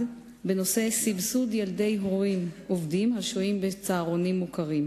בנושא סבסוד ילדי הורים עובדים השוהים בצהרונים מוכרים,